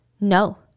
No